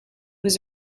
was